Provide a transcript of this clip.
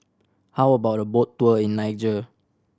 how about a boat tour in Niger